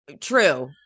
True